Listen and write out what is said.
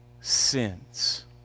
sins